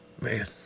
Man